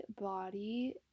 body